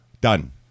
Done